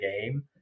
game